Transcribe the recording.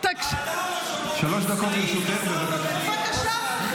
שלוש דקות לרשותך, בבקשה.